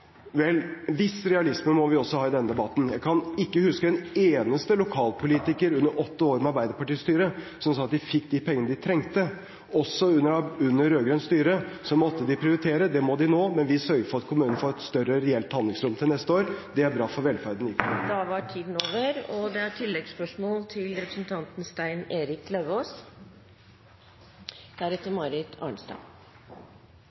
Vel, en viss realisme må vi også ha i denne debatten. Jeg kan ikke huske en eneste lokalpolitiker under åtte år med arbeiderpartistyre som sa at de fikk de pengene de trengte. Også under rød-grønt styre måtte de prioritere. Det må de nå også, men vi sørger for at kommunene får et større reelt handlingsrom til neste år. Det er bra for velferden.